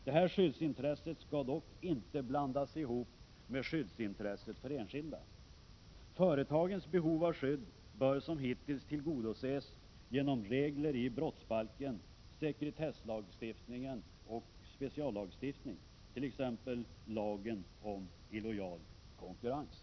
Detta skyddsintresse skall dock inte blandas ihop med skyddsintresset för enskilda. Företagens behov av skydd bör som hittills tillgodoses genom regler i brottsbalken, sekretesslagstiftningen och speciallagstiftning, som t.ex. lagen om illojal konkurrens.